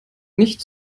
nicht